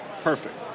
Perfect